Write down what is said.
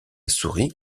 souris